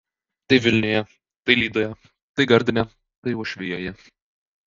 tai vilniuje tai lydoje tai gardine tai uošvijoje